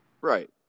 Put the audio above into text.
Right